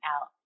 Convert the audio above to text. out